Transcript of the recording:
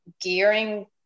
gearing